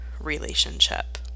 relationship